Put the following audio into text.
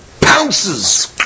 pounces